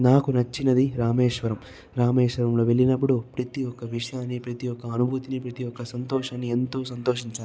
నాకు నచ్చినది రామేశ్వరం రామేశ్వరంలో వెళ్ళినప్పుడు ప్రతి ఒక విషయాన్ని ప్రతి ఒక అనుభూతిని ప్రతి ఒక సంతోషాన్ని ఎంతో సంతోషించాను